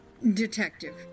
Detective